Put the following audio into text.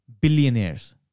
billionaires